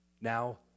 now